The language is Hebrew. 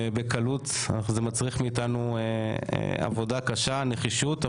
בקלות, שזה מצריך מאיתנו עבודה קשה, נחישות.